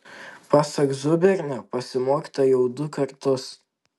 pasak zubernio pasimokyta jau du kartus